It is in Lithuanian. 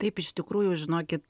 taip iš tikrųjų žinokit